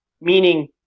meaning